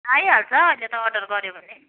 आइहाल्छ अहिले त अर्डर गऱ्यो भने